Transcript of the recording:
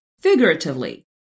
figuratively